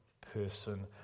person